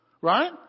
right